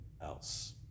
else